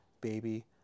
baby